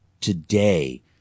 today